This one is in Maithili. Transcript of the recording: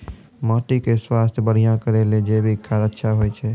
माटी के स्वास्थ्य बढ़िया करै ले जैविक खाद अच्छा होय छै?